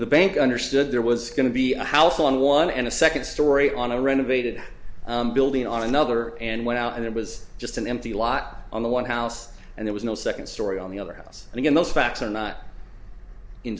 the bank understood there was going to be a house on one and a second story on a renovated building on another and went out and it was just an empty lot on the white house and there was no second story on the other house and again those facts are not in